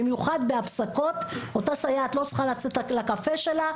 במיוחד בהפסקות אותה סייעת לא צריכה לצאת לקפה שלה,